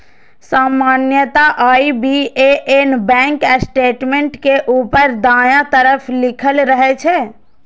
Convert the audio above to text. सामान्यतः IBAN bank statement के ऊपर दायां तरफ लिखल रहै छै